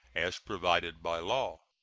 as provided by law.